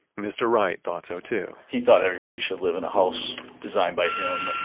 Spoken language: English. mr. wright thought so too he thought everybody should live in a house designed by him and